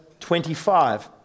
25